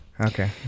Okay